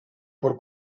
per